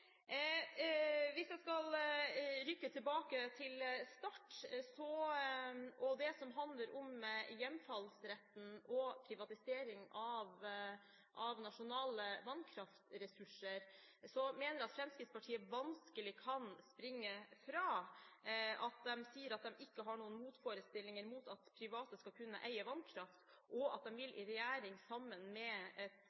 Hvis jeg skal rykke tilbake til start, og det som handler om hjemfallsretten og privatisering av nasjonale vannkraftressurser, mener jeg at Fremskrittspartiet vanskelig kan springe fra at de sier at de ikke har noen motforestillinger mot at private skal kunne eie vannkraft, og at